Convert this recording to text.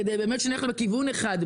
כדי שנלך לכיוון אחד,